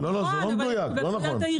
מדויק.